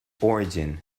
origin